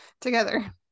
together